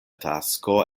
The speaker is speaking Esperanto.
tasko